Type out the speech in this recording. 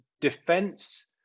defense